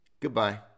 Goodbye